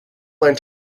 lent